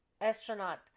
astronaut